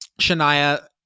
shania